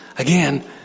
Again